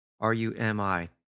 R-U-M-I